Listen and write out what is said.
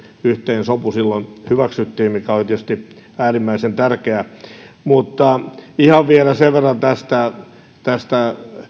yhteinen sopu silloin hyväksyttiin mikä oli tietysti äärimmäisen tärkeää mutta vielä ihan sen verran tästä tästä